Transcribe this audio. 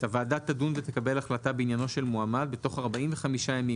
(ב) הוועדה תדון ותקבל החלטה בעניינו של מועמד בתוך 45 ימים